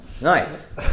Nice